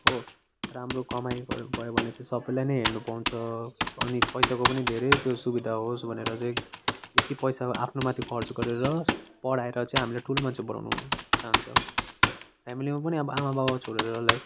हो राम्रो कमाइ भयो भने चाहिँ सबैलाई नै हेर्नु पाउँछ अनि पैसाको पनि धेरै त्यो सुविधा होस् भनेर चाहिँ यत्ति पैसाको आफ्नो माथि खर्च गरेर पढाएर चाहिँ हामीलाई ठुलो मान्छे बनाउनु चाहन्छ फ्यामिलीमा पनि अब आमाबाबा छोडेर लाइक